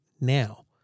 now